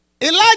Elijah